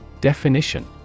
Definition